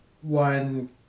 one